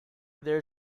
there